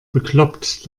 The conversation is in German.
bekloppt